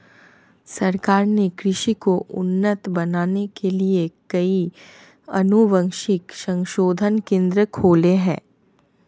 सरकार ने कृषि को उन्नत बनाने के लिए कई अनुवांशिक संशोधन केंद्र खोले हैं